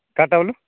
କାଁଟା ବୋଇଲୁ